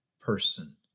person